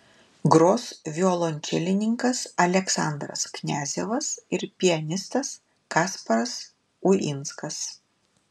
gros violončelininkas aleksandras kniazevas ir pianistas kasparas uinskas